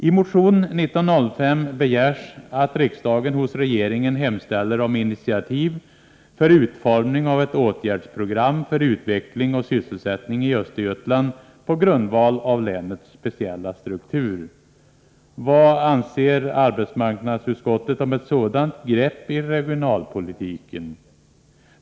I motion 1905 begärs att riksdagen hos regeringen hemställer om initiativ för utformning av ett åtgärdsprogram för utveckling och sysselsättning i Östergötland på grundval av länets speciella struktur. Vad anser arbetsmarknadsutskottet om ett sådant grepp i regionalpolitiken?